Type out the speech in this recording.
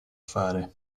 fare